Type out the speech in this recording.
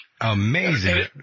Amazing